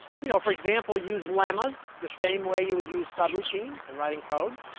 you know for example, use lemmas the same way you would use subroutines in writing code